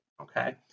Okay